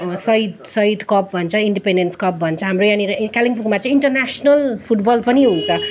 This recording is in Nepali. सहिद सहिद कप भन्छ इन्डिपेन्डेन्स कप भन्छ हाम्रो यहाँनिर कालिम्पोङमा चाहिँ इन्टरनेसनल फुटबल पनि हुन्छ